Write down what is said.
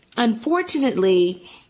Unfortunately